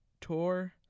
tour